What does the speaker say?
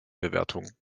bewertung